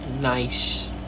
Nice